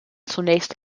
zunächst